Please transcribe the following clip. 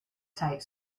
tight